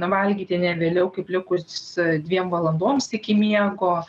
valgyti ne vėliau kaip likus dviem valandoms iki miego